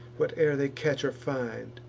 whate'er they catch or find,